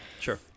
Sure